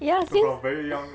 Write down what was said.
ya since